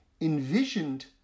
envisioned